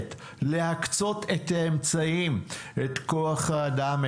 מחויבת להקצות את האמצעים את כוח האדם,